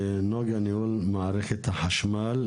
לנגה ניהול מערכת החשמל,